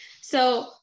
So-